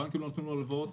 הבנקים לא נותנים לו הלוואות,